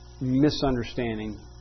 misunderstanding